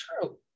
true